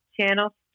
Channel